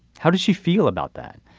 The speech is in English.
how did she feel about that.